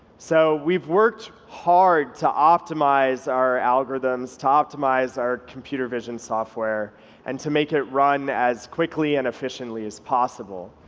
so we've worked hard to optimize our algorithms, to optimize our computer vision software and to make it run as quickly and efficiently as possible,